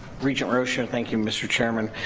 regent rosha. thank you mr. chairman.